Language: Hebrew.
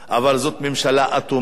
אבל זאת ממשלה אטומה,